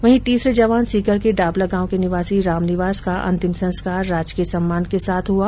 वहीं तीसरे जवान सीकर के डाबला गांव के निवासी रामनिवास का अंतिम संस्कार राजकीय सम्मान के साथ किया गया